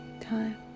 time